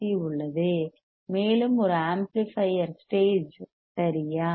C RC உள்ளது மேலும் ஒரு ஆம்ப்ளிபையர் நிலை stage ஸ்டேஜ் சரியா